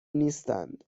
نیستند